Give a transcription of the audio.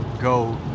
Go